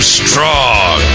strong